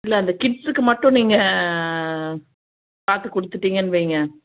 இல்லை அந்த கிட்ஸுக்கு மட்டும் நீங்கள் பார்த்து கொடுத்துட்டிங்கன்னு வைங்க